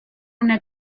una